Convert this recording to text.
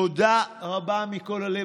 תודה רבה מכל הלב.